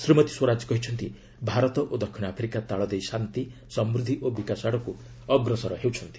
ଶ୍ରୀମତୀ ସ୍ୱରାଜ କହିଛନ୍ତି ଭାରତ ଓ ଦକ୍ଷିଣ ଆଫ୍ରିକା ତାଳଦେଇ ଶାନ୍ତି ସମୂଦ୍ଧି ଓ ବିକାଶ ଆଡ଼କୁ ଅଗ୍ରସର ହେଉଛନ୍ତି